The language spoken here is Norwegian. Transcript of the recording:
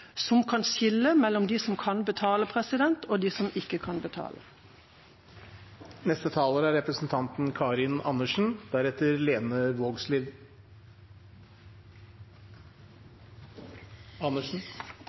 som kan skille mellom dem som kan betale, og dem som ikke kan betale.